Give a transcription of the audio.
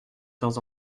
temps